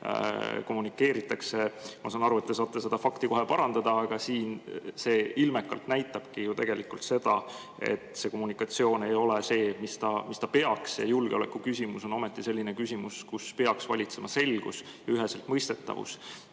kommunikeeritakse. Ma saan aru, et te saate seda fakti kohe parandada, aga see ilmekalt näitabki ju seda, et see kommunikatsioon ei ole see, mis ta peaks olema, aga julgeolekuküsimus on ometi selline küsimus, kus peaks valitsema selgus ja üheseltmõistetavus.